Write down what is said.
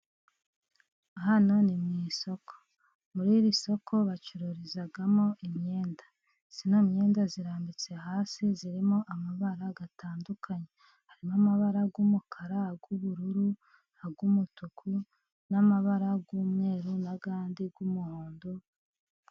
Ahan ni mu isoko. Muri iri soko bacururizamo imyenda, imyenda irambitse hasi, irimo amabara atandukanye, harimo amabara y'umukara, y'ubururu, y'umutuku n'amabara y'umweru n'ayandi y'umuhondo.